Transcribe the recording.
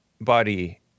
body